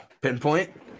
Pinpoint